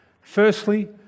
Firstly